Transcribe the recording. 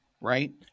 right